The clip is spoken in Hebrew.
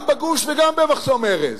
גם בגוש וגם במחסום ארז,